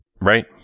right